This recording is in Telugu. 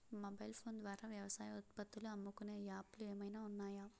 మొబైల్ ఫోన్ ద్వారా వ్యవసాయ ఉత్పత్తులు అమ్ముకునే యాప్ లు ఏమైనా ఉన్నాయా?